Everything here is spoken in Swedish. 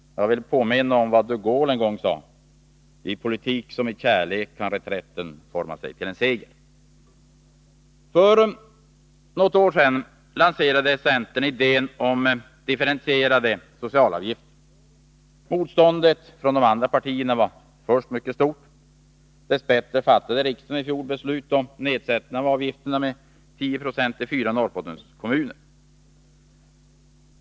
Jag vill påminna om vad de Gaulle en gång sade: I politik som i kärlek kan reträtten forma sig till en seger. För något år sedan lanserade centern idén om differentierade socialavgifter. Motståndet från de andra partierna var först mycket stort. Dess bättre fattade riksdagen i fjol beslut om nedsättning av socialavgifterna med 10 96 i fyra Norrbottenskommuner.